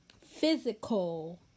physical